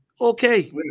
Okay